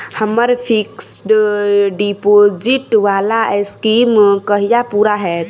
हम्मर fixed deposit वला scheme कहिया पूरा हैत?